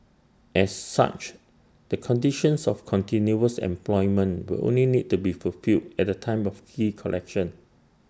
as such the conditions of continuous employment will only need to be fulfilled at the time of key collection